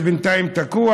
שבינתיים תקוע.